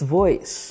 voice